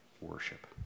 worship